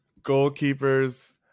Goalkeepers